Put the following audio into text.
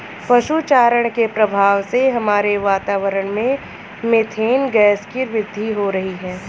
पशु चारण के प्रभाव से हमारे वातावरण में मेथेन गैस की वृद्धि हो रही है